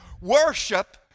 Worship